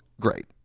great